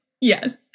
Yes